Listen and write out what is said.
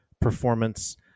performance